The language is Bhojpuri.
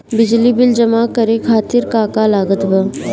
बिजली बिल जमा करे खातिर का का लागत बा?